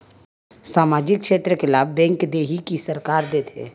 सामाजिक क्षेत्र के लाभ बैंक देही कि सरकार देथे?